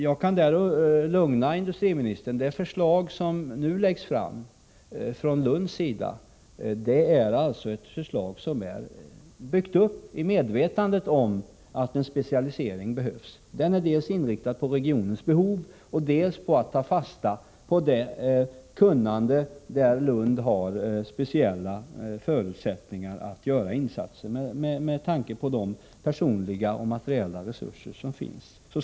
Jag kan lugna industriministern med att det förslag som nu läggs fram i Lund är ett förslag som är uppbyggt i medvetande om att en specialisering behövs. Förslaget är inriktat dels på regionens behov, dels på att man skall ta fasta på det kunnande som finns i Lund, där det finns speciella förutsättningar att göra insatser, med tanke på de personliga och materiella resurserna.